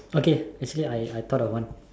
okay actually I I thought of one